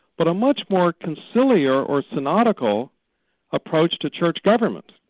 but a much more conciliar or synodical approach to church government,